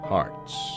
Hearts